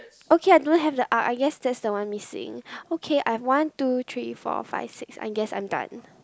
okay I don't have the R I guess that's the one missing okay I have one two three four five six I guess I'm done